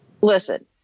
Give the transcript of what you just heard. Listen